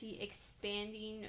expanding